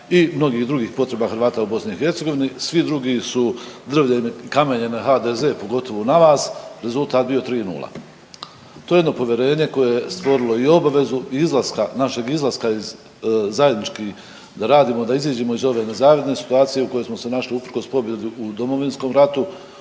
i mnogih drugih potreba Hrvata u BiH, svi drugi su drvljem i kamenjem na HDZ, pogotovo na vas, rezultat je bio 3:0. To je jedno povjerenje koje je stvorilo i obavezu izlaska, našeg izlaska iz, zajednički da radimo, da iziđemo iz ove nezavidne situacije u kojoj smo se našli usprkos pobjedi u Domovinskom ratu,